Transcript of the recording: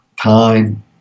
time